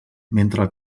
mentre